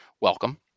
Welcome